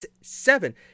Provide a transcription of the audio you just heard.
Seven